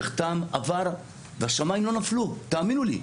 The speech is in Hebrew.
נחתם, עבר והשמיים לא נפלו, תאמינו לי.